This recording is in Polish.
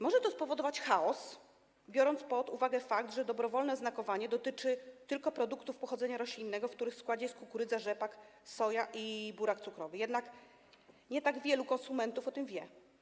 Może to spowodować chaos, biorąc pod uwagę fakt, że dobrowolne oznakowanie dotyczy tylko produktów pochodzenia roślinnego, w których składzie jest kukurydza, rzepak, soja i burak cukrowy, jednak nie tak wielu konsumentów o tym wie.